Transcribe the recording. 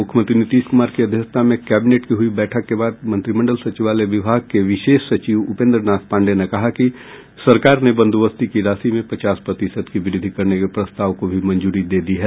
मुख्यमंत्री नीतीश कुमार की अध्यक्षता में कैबिनेट की हुयी बैठक के बाद मंत्रिमंडल सचिवालय विभाग के विशेष सचिव उपेंद्र नाथ पांडेय ने कहा कि सरकार ने बंदोबस्ती की राशि में पचास प्रतिशत की व्रद्धि करने के प्रस्ताव को भी मंजूरी दे दी है